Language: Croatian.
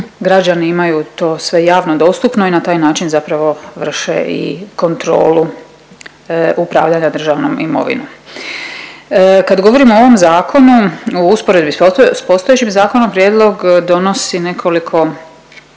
građani imaju to sve javno dostupno i na taj način zapravo vrše i kontrolu upravljanja državnom imovinom. Kad govorimo o ovom zakonu u usporedbi s postojećim zakonom, prijedlog donosi nekoliko